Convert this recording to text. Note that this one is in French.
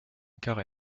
carré